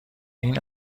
این